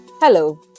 Hello